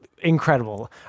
incredible